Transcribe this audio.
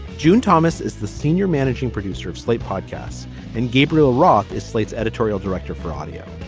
june thomas is the senior managing producer of slate podcasts and gabriel roth is slate's editorial director for audio.